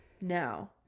now